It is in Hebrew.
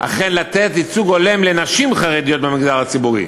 אכן לתת ייצוג הולם לנשים חרדיות במגזר הציבורי.